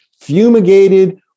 fumigated